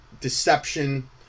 deception